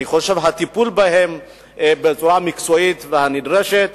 אני חושב שהטיפול בהם בצורה המקצועית והנדרשת,